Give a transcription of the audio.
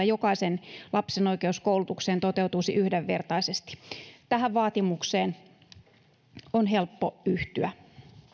jokaisen lapsen oikeus koulutukseen toteutuisi yhdenvertaisesti tähän vaatimukseen on helppo yhtyä